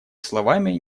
словами